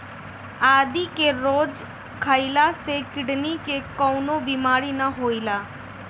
आदि के रोज खइला से किडनी के कवनो बीमारी ना होई